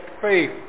faith